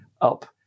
up